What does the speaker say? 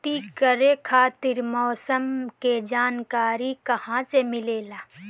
खेती करे खातिर मौसम के जानकारी कहाँसे मिलेला?